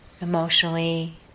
emotionally